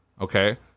Okay